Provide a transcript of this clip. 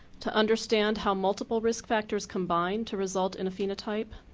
to understand how multiple risk factors combine to result in a phenotype.